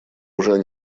уже